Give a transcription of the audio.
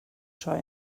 troi